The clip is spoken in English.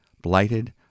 blighted